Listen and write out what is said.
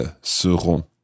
seront